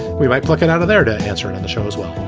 we might pick another there to answer it on the show as well.